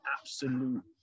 absolute